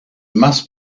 must